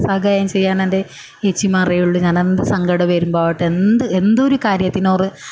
സഹായം ചെയ്യാനെൻ്റെ ഏച്ചിമാരേ ഉള്ളൂ ഞാനെന്ത് സങ്കടം വരുമ്പോൾ ആവട്ടെ എന്ത് എന്തൊരു കാര്യത്തിന് ഓറ്